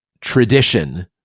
tradition